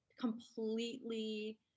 completely